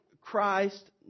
Christ